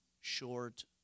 short